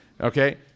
Okay